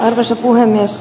arvoisa puhemies